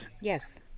Yes